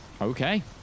Okay